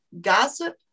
gossip